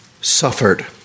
suffered